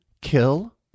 kill